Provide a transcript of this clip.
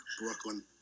Brooklyn